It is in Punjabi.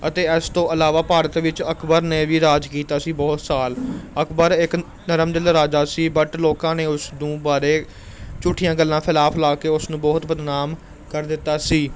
ਅਤੇ ਇਸ ਤੋਂ ਇਲਾਵਾ ਭਾਰਤ ਵਿੱਚ ਅਕਬਰ ਨੇ ਵੀ ਰਾਜ ਕੀਤਾ ਸੀ ਬਹੁਤ ਸਾਲ ਅਕਬਰ ਇੱਕ ਨਰਮ ਦਿਲ ਰਾਜਾ ਸੀ ਬਟ ਲੋਕਾਂ ਨੇ ਉਸ ਨੂੰ ਬਾਰੇ ਝੂਠੀਆਂ ਗੱਲਾਂ ਫੈਲਾਅ ਫੈਲਾਅ ਕੇ ਉਸ ਨੂੰ ਬਹੁਤ ਬਦਨਾਮ ਕਰ ਦਿੱਤਾ ਸੀ